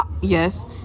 yes